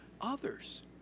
others